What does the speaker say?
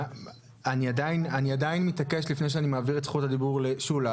אני עדיין מתעקש לפני שאני מעביר את זכות הדיבור לשולה,